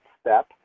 step